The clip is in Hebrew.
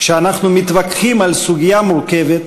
כשאנחנו מתווכחים על סוגיה מורכבת,